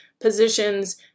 positions